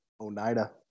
oneida